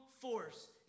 force